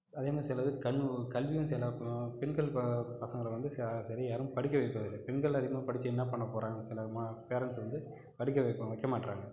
செ அதேமாதிரி சிலது கண் கல்வியும் சில பெண்கள் ப பசங்களை வந்து ச சரியா யாரும் படிக்க வைப்பதில்லை பெண்கள் அதிகமாக படிச்சு என்ன பண்ணப்போறாங்க சில மா பேரண்ட்ஸ் வந்து படிக்க வைப்போம் வைக்க மாட்டேறாங்க